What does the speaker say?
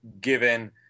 given